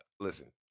Listen